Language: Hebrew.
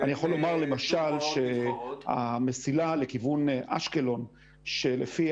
אני יכול לומר למשל שהמסילה לכיוון אשקלון שלפי